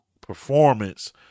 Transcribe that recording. performance